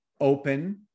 open